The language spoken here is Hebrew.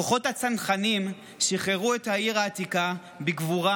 כוחות הצנחנים שחררו את העיר העתיקה בגבורה